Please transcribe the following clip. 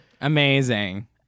Amazing